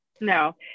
No